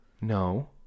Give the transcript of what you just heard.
No